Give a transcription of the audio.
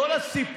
אין צורך להמשיך,